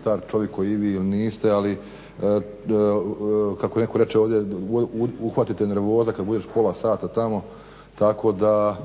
star čovjek kao i vi ili niste ali kako reće ovdje uhvati te nervoza kad budeš pola sata tamo, tako da